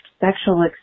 sexual